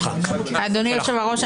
(חבר הכנסת אלעזר שטרן יוצא מחדר הוועדה.) אדוני יושב-הראש,